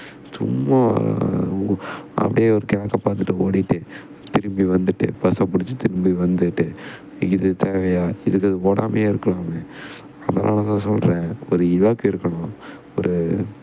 சும்மா ஓ அப்டேயே ஒரு கிழக்க பார்த்துட்டு ஓடிவிட்டு திரும்பி வந்துட்டு பஸ்ஸை புடிச்சு திரும்பி வந்துட்டு இது தேவையா இதுக்கு அது ஓடாமலே இருக்கலாமே அதனால் தான் சொல்கிறேன் ஒரு இலக்கு இருக்கணும் ஒரு